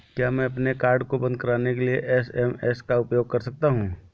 क्या मैं अपने कार्ड को बंद कराने के लिए एस.एम.एस का उपयोग कर सकता हूँ?